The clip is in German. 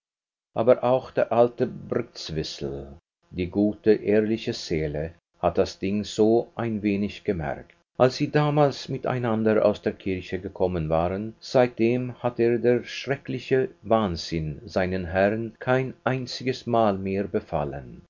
aber auch der alte brktzwisl die gute ehrliche seele hatte das ding so ein wenig gemerkt als sie damals mit einander aus der kirche gekommen waren seitdem hatte der schreckliche wahnsinn seinen herrn kein einziges mal mehr befallen damals